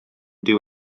dyw